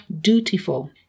dutiful